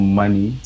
money